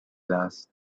glass